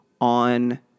on